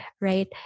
right